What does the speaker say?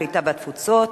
הקליטה והתפוצות,